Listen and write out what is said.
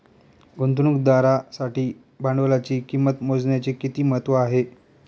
गुंतवणुकदारासाठी भांडवलाची किंमत मोजण्याचे किती महत्त्व आहे?